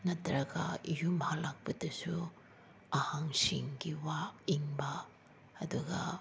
ꯅꯠꯇ꯭ꯔꯒ ꯌꯨꯝ ꯍꯜꯂꯛꯄꯗꯁꯨ ꯑꯍꯟꯁꯤꯡꯒꯤ ꯋꯥ ꯏꯟꯕ ꯑꯗꯨꯒ